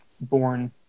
born